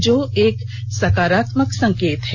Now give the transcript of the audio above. यह एक सकारात्मक संकेत है